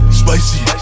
spicy